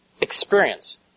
experience